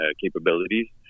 capabilities